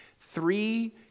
three